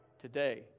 today